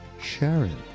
Sharon